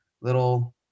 little